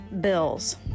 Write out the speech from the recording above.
Bills